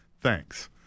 Thanks